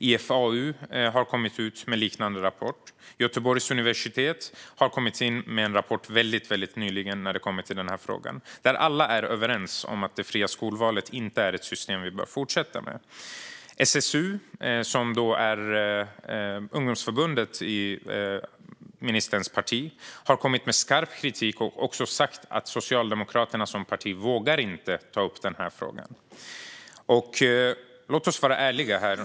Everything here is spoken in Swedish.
IFAU har kommit med en liknande rapport. Och Göteborgs universitet har väldigt nyligen kommit med en rapport i frågan. Alla är överens om att det fria skolvalet inte är ett system som vi bör fortsätta med. SSU, ungdomsförbundet i ministerns parti, har kommit med skarp kritik och sagt att Socialdemokraterna som parti inte vågar ta upp frågan. Låt oss vara ärliga här.